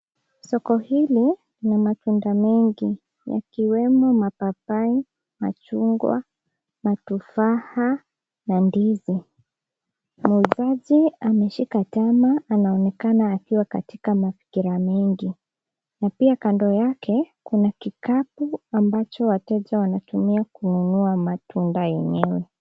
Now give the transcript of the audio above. Soko hili lina matunda mengi, yakiwemo , mapaipai, machungwa , matufaha na ndizi. Muuzaji ameshika tama, anaonekana akiwa katika mafikira mengi na pia kando yake kuna kikapu ambacho wateja wanatumia kununua matunda yenyewe.